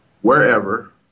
wherever